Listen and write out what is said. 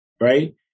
Right